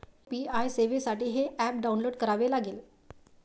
UPI सेवेसाठी हे app download करावे लागेल